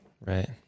Right